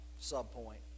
sub-point